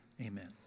Amen